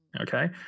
Okay